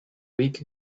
week